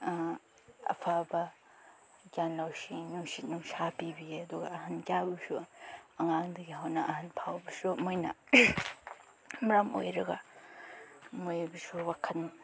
ꯑꯐꯕ ꯒ꯭ꯌꯥꯟ ꯂꯧꯁꯤꯡ ꯅꯨꯡꯁꯤꯠ ꯅꯨꯡꯁꯥ ꯄꯤꯕꯤꯌꯦ ꯑꯗꯨꯒ ꯑꯍꯟ ꯀꯌꯥꯕꯨꯁꯨ ꯑꯉꯥꯡꯗꯒꯤ ꯍꯧꯅ ꯑꯍꯟ ꯐꯥꯎꯕꯁꯨ ꯃꯣꯏꯅ ꯃꯔꯝ ꯑꯣꯏꯔꯒ ꯃꯣꯏꯕꯨꯁꯨ ꯋꯥꯈꯟ